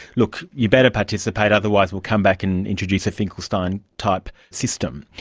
look, you'd better participate, otherwise we'll come back and introduce a finkelstein type system.